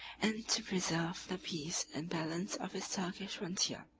and to preserve the peace and balance of his turkish frontier.